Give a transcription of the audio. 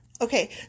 Okay